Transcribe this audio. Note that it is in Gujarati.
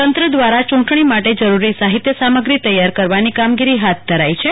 તંત્ર દવારા ચુટણી માટે જરૂરી સાહિત્ય સામગ્રી તૈયાર કરવાની કામગીરી હાથ ધરાઈ છે